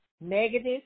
negative